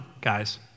guys